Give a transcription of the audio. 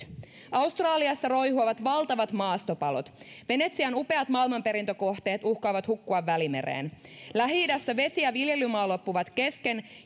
australiassa roihuavat valtavat maastopalot venetsian upeat maailmanperintökohteet uhkaavat hukkua välimereen lähi idässä vesi ja viljelymaa loppuvat kesken